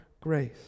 grace